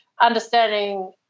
understanding